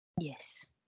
Yes